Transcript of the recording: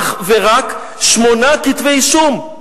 אך ורק שמונה כתבי-אישום.